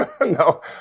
No